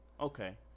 okay